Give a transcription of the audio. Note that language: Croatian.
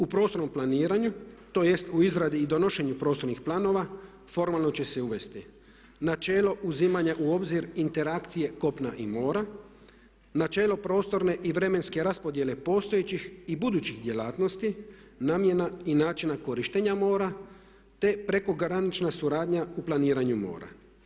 U prostornom planiranju tj. u izradi i donošenju prostornih planova formalno će se uvesti načelo uzimanja u obzir interakcije kopna i mora, načelo prostorne i vremenske raspodjele postojećih i budućih djelatnosti, namjene i načina korištenja mora te prekogranična suradnja u planiranju mora.